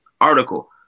article